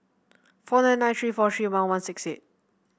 four nine nine three four three one one six eight